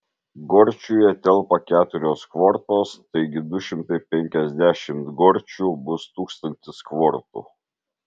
gorčiuje telpa keturios kvortos taigi du šimtai penkiasdešimt gorčių bus tūkstantis kvortų